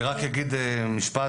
אני רק אגיד משפט,